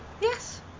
Yes